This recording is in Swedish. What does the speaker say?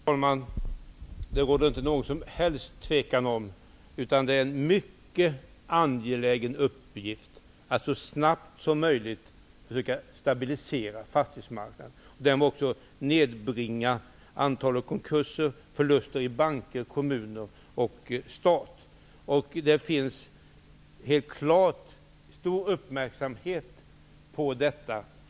Herr talman! Det råder inget som helst tvivel om att det är en mycket angelägen uppgift att så snabbt som möjligt försöka stabilisera fastighetsmarknaden och därmed också nedbringa antalet konkurser och förluster i banker, kommuner och stat. Inom regeringen är man mycket uppmärksam på detta.